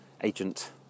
agent